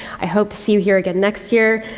i hope to see you here again next year.